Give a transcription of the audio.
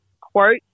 quote